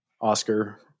Oscar